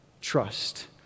Trust